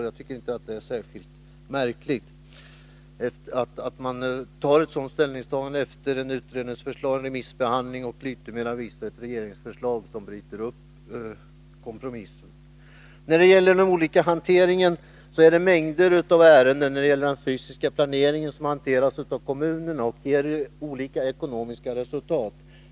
Jag tycker inte att det är särskilt märkligt att man gör ett sådant ställningstagande efter utredningens förslag, remissbehandlingen och till yttermera visso ett regeringsförslag som bryter kompromissen. I fråga om den olika hanteringen är det mängder av ärenden beträffande den fysiska etableringen som hanteras av kommunerna och ger olika ekonomiska resultat.